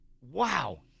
Wow